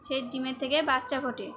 সেই ডিমের থেকে বাচ্চা ফোটে